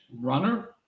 runner